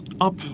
up